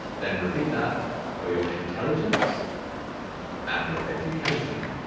then repeat that for your intelligence and your education.